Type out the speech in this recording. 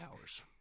hours